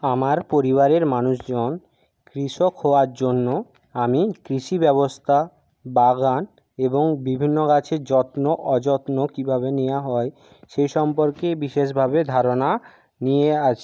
আমার পরিবারের মানুষজন কৃষক হওয়ার জন্য আমি কৃষি ব্যবস্থা বাগান এবং বিভিন্ন গাছের যত্ন অযত্ন কীভাবে নেওয়া হয় সেই সম্পর্কে বিশেষভাবে ধারণা নিয়ে আছি